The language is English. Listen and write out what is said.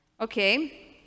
Okay